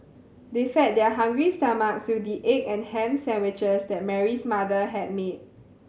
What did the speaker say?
they fed their hungry stomach with the egg and ham sandwiches that Mary's mother had made